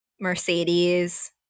Mercedes